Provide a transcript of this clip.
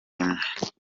imwe